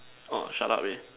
!wah! shut up eh